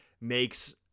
makes